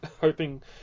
hoping